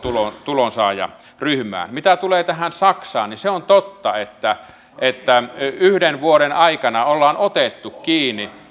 tulonsaajaryhmään mitä tulee saksaan niin se on totta että että yhden vuoden aikana ollaan otettu kiinni